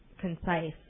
concise